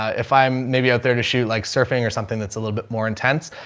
if i'm maybe out there to shoot like surfing or something that's a little bit more intense,